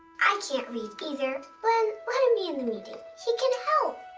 i can't read either. blynn, let him be in the meeting. he can help.